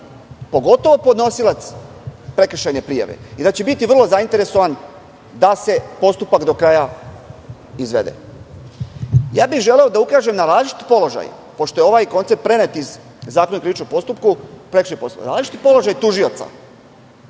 pogotovo podnosilac prekršajne prijave i da će biti vrlo zainteresovan da se postupak do kraja izvede. Želeo bi da ukažem na različiti položaj, pošto je ovaj koncept prenet iz Zakona o prekršajnom postupku, naročito položaj tužioca